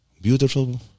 Beautiful